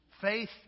faith